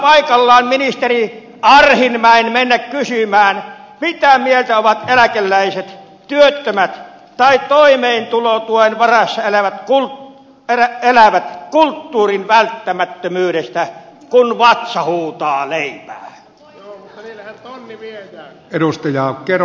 olisikohan paikallaan ministeri arhinmäen mennä kysymään mitä mieltä ovat eläkeläiset työttömät tai toimeentulotuen varassa elävät kulttuurin välttämättömyydestä kun vatsa huutaa leipää